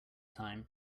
time